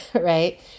right